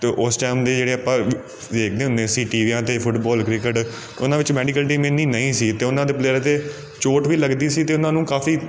ਅਤੇ ਉਸ ਟਾਈਮ ਦੀ ਜਿਹੜੇ ਆਪਾਂ ਦੇਖਦੇ ਹੁੰਦੇ ਸੀ ਟੀ ਵੀਆਂ 'ਤੇ ਫੁੱਟਬੋਲ ਕ੍ਰਿਕਟ ਉਹਨਾਂ ਵਿੱਚ ਮੈਡੀਕਲ ਟੀਮ ਇੰਨੀ ਨਹੀਂ ਸੀ ਅਤੇ ਉਹਨਾਂ ਦੇ ਪਲੇਅਰਾਂ 'ਤੇ ਚੋਟ ਵੀ ਲੱਗਦੀ ਸੀ ਅਤੇ ਉਹਨਾਂ ਨੂੰ ਕਾਫੀ